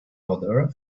other